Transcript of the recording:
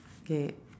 okay